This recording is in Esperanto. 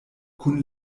kun